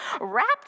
wrapped